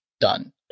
done